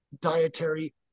dietary